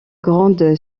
grande